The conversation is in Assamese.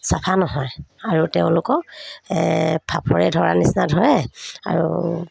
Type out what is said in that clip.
চাফা নহয় আৰু তেওঁলোকক ফাপৰে ধৰা নিচিনা ধৰে আৰু